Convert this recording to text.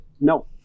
no